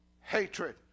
hatred